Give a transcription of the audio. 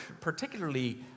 particularly